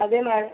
അതെ മാം